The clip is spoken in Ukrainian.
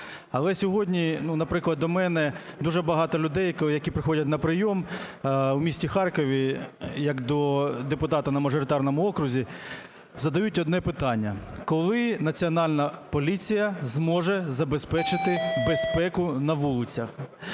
Але сьогодні, наприклад, до мене дуже багато людей, які приходять на прийом у місті Харкові як до депутата на мажоритарному окрузі, задають одне питання: "Коли Національна поліція зможе забезпечити безпеку на вулицях?"